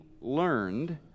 learned